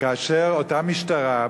כאשר אותה משטרה,